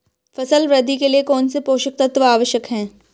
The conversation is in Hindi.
फसल वृद्धि के लिए कौनसे पोषक तत्व आवश्यक हैं?